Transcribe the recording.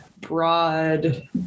broad